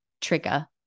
trigger